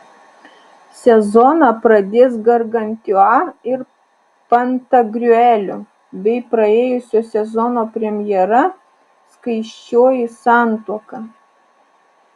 sezoną pradės gargantiua ir pantagriueliu bei praėjusio sezono premjera skaisčioji santuoka